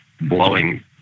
blowing